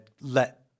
let